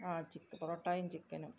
ആ ചിക്ക് പൊറാട്ടായും ചിക്കനും